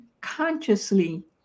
consciously